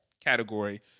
category